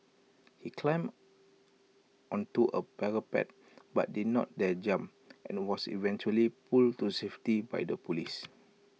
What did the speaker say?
he climbed onto A parapet but did not dare jump and was eventually pulled to safety by the Police